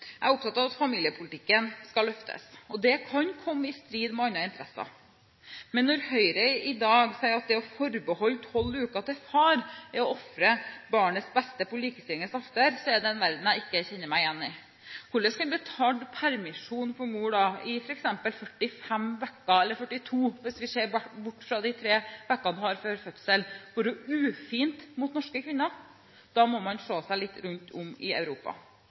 Jeg er opptatt av at familiepolitikken skal løftes. Det kan komme i strid med andre interesser. Men når Høyre i dag sier at det å forbeholde tolv uker til far er å ofre barnets beste på likestillingens alter, er det en verden jeg ikke kjenner meg igjen i. Hvordan skal en betalt permisjon for mor, i f.eks. 45 uker, eller 42 hvis vi ser bort fra de tre ukene hun har før fødselen, være ufint mot norske kvinner? Da må man se seg litt rundt om i Europa.